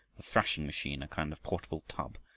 the thrashing-machine a kind of portable tub,